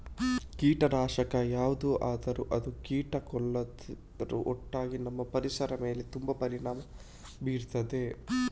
ಕೀಟನಾಶಕ ಯಾವ್ದು ಆದ್ರೂ ಅದು ಕೀಟ ಕೊಲ್ಲುದ್ರ ಒಟ್ಟಿಗೆ ನಮ್ಮ ಪರಿಸರದ ಮೇಲೆ ತುಂಬಾ ಪರಿಣಾಮ ಬೀರ್ತದೆ